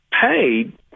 paid